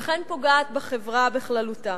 וכן פוגעת בחברה בכללותה.